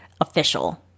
official